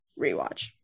rewatch